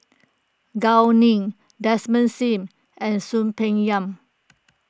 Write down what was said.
Gao Ning Desmond Sim and Soon Peng Yam